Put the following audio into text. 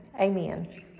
amen